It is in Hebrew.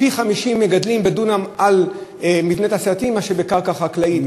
מגדלים בדונם על מבנה תעשייתי פי-50 מאשר בקרקע חקלאית.